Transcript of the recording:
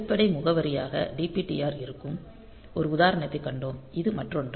அடிப்படை முகவரியாக DPTR இருக்கும் ஒரு உதாரணத்தைக் கண்டோம் இது மற்றொன்று